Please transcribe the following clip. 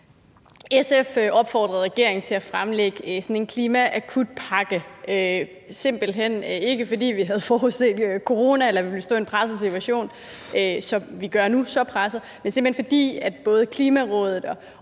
SF opfordrede regeringen til at fremlægge sådan en klimaakutpakke, ikke fordi vi havde forudset corona, eller at vi ville stå i en så presset situation, som vi gør nu, men simpelt hen fordi både Klimarådet